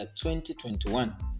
2021